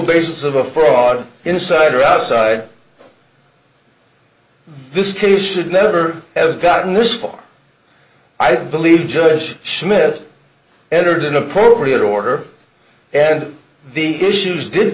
basis of a fraud inside or outside this case should never have gotten this far i believe justice schmidt entered an appropriate order and these issues did